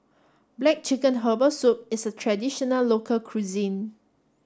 black chicken herbal soup is a traditional local cuisine